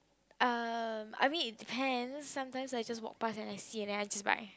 um I mean it depends sometimes I just walk past then I see then I just buy